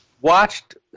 watched